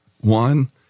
One